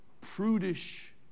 prudish